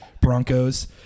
Broncos